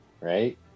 right